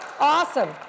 awesome